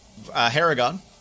Haragon